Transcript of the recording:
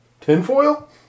Tinfoil